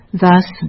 Thus